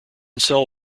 cell